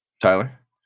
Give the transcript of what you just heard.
Tyler